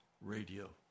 radio